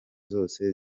zose